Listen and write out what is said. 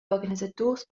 organisaturs